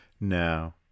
No